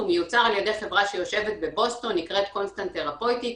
הוא מיוצר על ידי חברה שיושבת בבוסטון ונקראת קונסטנט תרפויטיקס,